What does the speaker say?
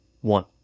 One